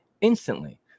instantly